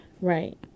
Right